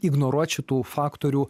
ignoruot šitų faktorių